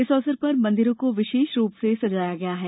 इस अवसर पर मंदिरों को विशेष रूप से सजाया गया है